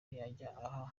yajya